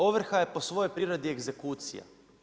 Ovrha je po svojoj prirodi egzekucija.